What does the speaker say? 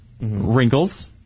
wrinkles